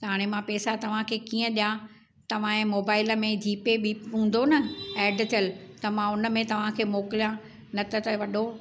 त हाणे मां पैसा तव्हांखे कीअं ॾेया तव्हांजे मोबाइल में जी पे बि हूंदो न एड थियलु त मां हुनमें तव्हांखे मोकिलियां न त त वॾो